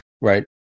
Right